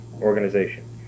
organization